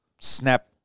snap